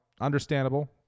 understandable